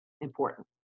important